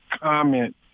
comment